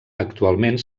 actualment